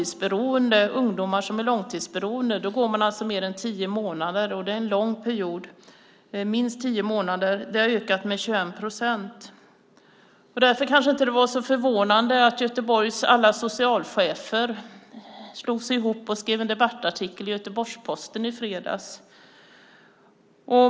De ungdomar som är långtidsberoende - då går man alltså minst tio månader, och det är en lång period - har ökat med 21 procent. Därför kanske det inte var så förvånande att Göteborgs alla socialchefer slog sig ihop och skrev en debattartikel i Göteborgs-Posten i fredags.